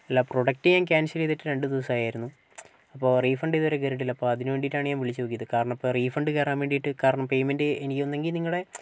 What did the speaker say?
അല്ല പ്രോഡക്ട് ഞാൻ ക്യാൻസൽ ചെയ്തിട്ട് രണ്ടു ദിവസമായിരുന്നു അപ്പോൾ റീഫണ്ട് ഇതുവരെ കയറിയിട്ടില്ല അപ്പോൾ അതിനു വേണ്ടിയിട്ടാണ് ഞാൻ വിളിച്ചു നോക്കിയത് കാരണം അപ്പോൾ റീഫണ്ട് കയറാൻ വേണ്ടിയിട്ട് കാരണം പേയ്മെന്റ് എനിക്ക് ഒന്നുകിൽ നിങ്ങളുടെ